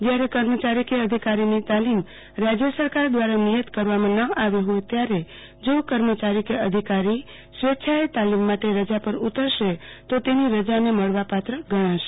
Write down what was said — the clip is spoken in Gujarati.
જયારે કર્મચારી કે અધિકારીની તાલીમ રાજ્ય સરકાર દ્વારા નિયત કરવામાં ન આવી આવી હોય ત્યારે જો કર્મચારી કે અધિકારી સ્વેચ્છા એ તાલીમ માટે રજા પર ઉતરે તો તેની રજાને મળવાપાત્ર ગણાશે